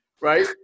right